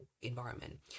environment